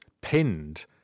pinned